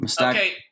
Okay